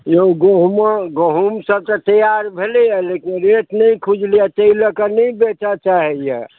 यौ गहुँमो गहुँमसभ तऽ तैआर भेलैए लेकिन रेट नहि खुजलैए ताहि लऽ कऽ नहि बेचय चाहैए